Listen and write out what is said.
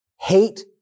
hate